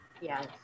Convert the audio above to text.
Yes